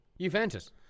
Juventus